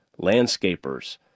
landscapers